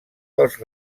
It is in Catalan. pels